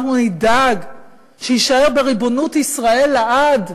אנחנו נדאג שיישאר בריבונות ישראל לעד,